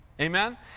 Amen